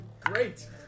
Great